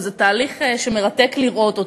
וזה תהליך שמרתק לראות אותו.